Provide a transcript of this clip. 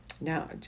Now